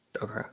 Okay